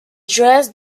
dresse